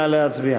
נא להצביע.